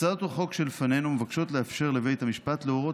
הצעות החוק שלפנינו מבקשות לאפשר לבית המשפט להורות